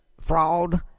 fraud